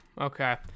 Okay